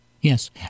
yes